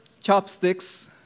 chopsticks